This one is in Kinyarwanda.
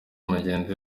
mugenzi